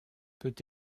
peut